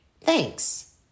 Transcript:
Thanks